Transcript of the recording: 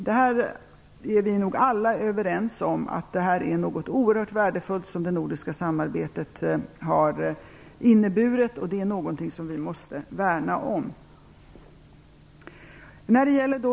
Det nordiska samarbetet har varit oerhört värdefullt - det är vi nog alla överens om - och det är någonting som vi måste värna om.